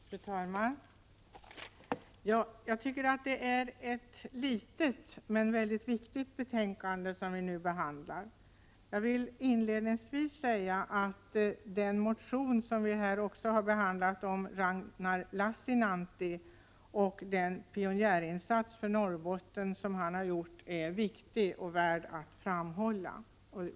Fru talman! Jag tycker att det är ett litet, men väldigt viktigt betänkande vi nu behandlar. Jag vill inledningsvis säga att den motion som vi här också har behandlat om Ragnar Lassinanti och den pionjärinsats för Norrbotten som han har gjort, är viktig och värd att framhålla.